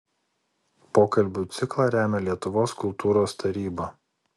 pokalbių ciklą remia lietuvos kultūros taryba